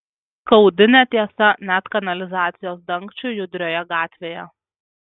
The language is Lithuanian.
skaudi netiesa net kanalizacijos dangčiui judrioje gatvėje